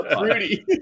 Rudy